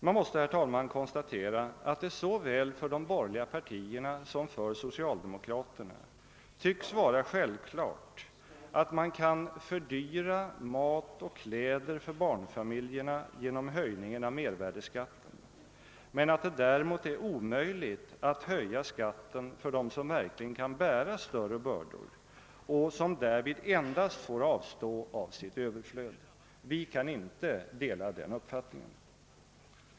Man måste konstatera att det såväl för de borgerliga partierna som för socialdemokraterna tycks vara självklart att man kan fördyra mat och kläder för barnfamiljerna genom höjningen av mervärdeskatten, men att det däremot är omöjligt att höja skatten för dem som verkligen kan bära större bördor och som därvid endast får avstå av sitt överflöd. Vi kan inte dela den uppfattningen.